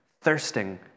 thirsting